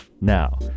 Now